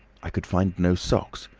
i could find no socks,